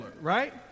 Right